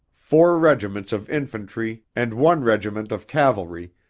four regiments of infantry and one regiment of cavalry,